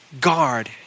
Guard